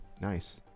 Nice